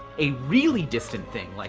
a really distant thing, like,